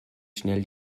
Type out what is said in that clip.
schnell